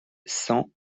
cent